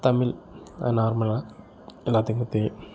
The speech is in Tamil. தமிழ் அது நார்மலாக எல்லாத்துக்கும் தெரியும்